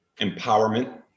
empowerment